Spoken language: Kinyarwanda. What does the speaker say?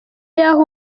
y’aho